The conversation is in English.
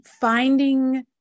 finding